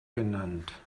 genannt